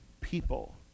people